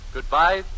Goodbye